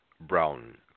Brown